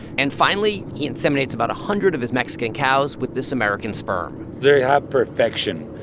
and finally, he inseminates about a hundred of his mexican cows with this american sperm they have perfection.